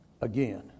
again